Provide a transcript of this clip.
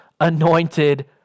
anointed